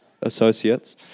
associates